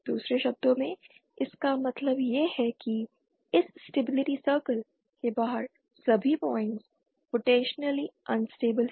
दूसरे शब्दों में इसका मतलब यह है कि इस स्टेबिलिटी सर्कल के बाहर सभी पॉइन्ट्स पोटेंशियली अनस्टेबिल हैं